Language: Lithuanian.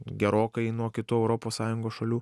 gerokai nuo kitų europos sąjungos šalių